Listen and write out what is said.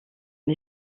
les